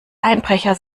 einbrecher